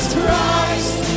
Christ